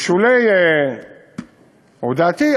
בשולי הודעתי,